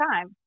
time